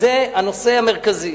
שזה הנושא המרכזי.